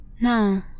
No